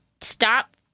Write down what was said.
stop